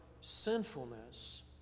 sinfulness